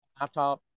laptop